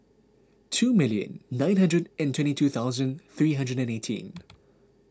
two million nine hundred and twenty two thousand three hundred and eighteen